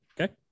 Okay